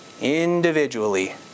individually